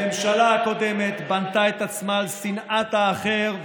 הממשלה הקודמת בנתה את עצמה על שנאת האחר,